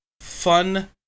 fun